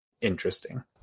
interesting